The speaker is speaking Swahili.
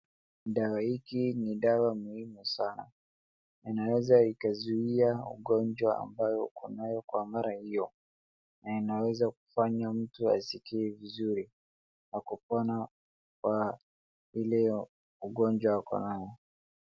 Dawa hiki ni dawa muhimu sana. Inaweza ikazuia ugonjwa ambao uko nayo kwa mara hiyo na inaweza kufanya mtu asikie vizuri akapona kwa ile ugonjwa ako nayo.